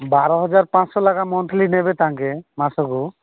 ବାରହଜାର ପାଞ୍ଚଶହ ଲେଖାଁ ମଂଥଲି ନେବେ ତାଙ୍କେ ମାସକୁ